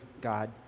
God